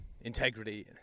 integrity